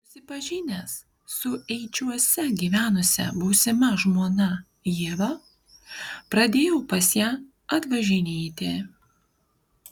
susipažinęs su eičiuose gyvenusia būsima žmona ieva pradėjau pas ją atvažinėti